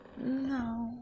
No